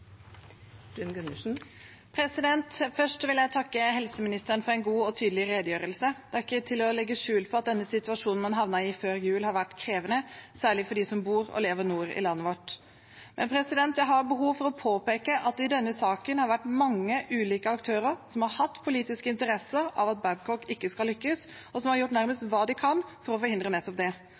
luftambulanseberedskap. Først vil jeg takke helseministeren for en god og tydelig redegjørelse. Det er ikke til å legge skjul på at den situasjonen en havnet i før jul, har vært krevende, særlig for dem som bor og lever nord i landet vårt. Jeg har behov for å påpeke at det i denne saken har vært mange ulike aktører som har hatt politisk interesse av at Babcock ikke skal lykkes, og som har gjort nærmest hva de kan for å forhindre nettopp det.